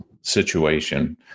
situation